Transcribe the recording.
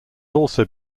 also